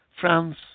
France